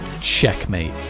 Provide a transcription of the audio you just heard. checkmate